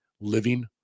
living